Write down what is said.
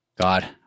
God